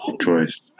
choice